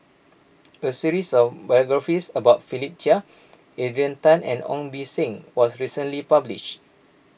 a series of biographies about Philip Chia Adrian Tan and Ong Beng Seng was recently published